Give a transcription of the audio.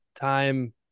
time